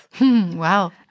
Wow